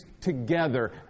together